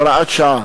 (הוראת שעה),